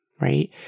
right